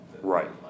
Right